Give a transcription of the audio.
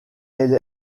elle